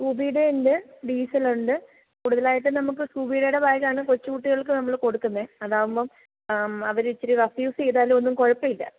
സ്കൂബീ Day ഉണ്ട് ഡീസലുണ്ട് കൂടുതലായിട്ടും നമുക്ക് സ്കൂബി ഡെയുടെ ബേഗ് ആണ് കൊച്ചു കുട്ടികൾക്ക് നമ്മൾ കൊടുക്കുന്നത് അതാകുമ്പം അവർ ഇച്ചിരി റഫ് യൂസ് ചെയ്താലും ഒന്നും കുഴപ്പം ഇല്ല